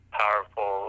powerful